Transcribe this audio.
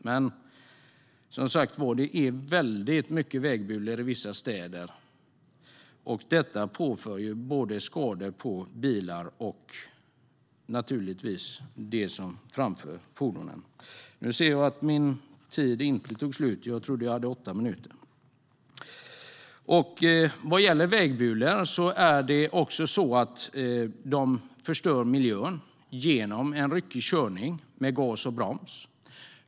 Men som sagt finns det väldigt mycket vägbulor i vissa städer, och detta påför skador både på bilar och naturligtvis på dem som framför fordonen. Vägbulor förstör också miljön genom ryckig körning med gas och broms.